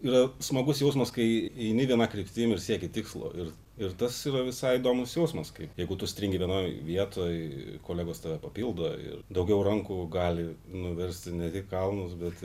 yra smagus jausmas kai eini viena kryptim ir sieki tikslo ir ir tas visai įdomus jausmas kai jeigu tu stringi vienoj vietoj kolegos tave papildo ir daugiau rankų gali nuversti ne tik kalnus bet